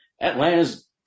Atlanta's